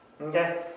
Okay